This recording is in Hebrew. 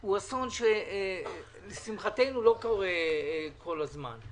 הוא אסון שלשמחתנו לא קורה כל הזמן,